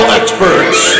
experts